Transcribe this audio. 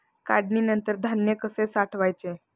काढणीनंतर धान्य कसे साठवायचे?